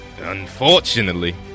Unfortunately